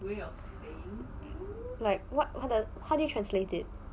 like what how do you translate it